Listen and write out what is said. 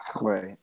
Right